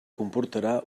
comportarà